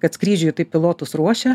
kad skrydžiui tai pilotus ruošia